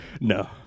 No